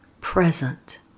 present